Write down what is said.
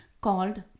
called